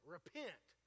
Repent